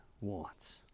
wants